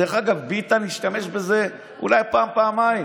דרך אגב, ביטן השתמש בזה אולי פעם-פעמיים.